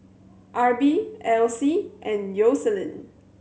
Arbie Alyse and Yoselin